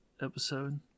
episode